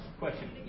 Question